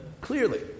clearly